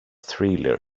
thriller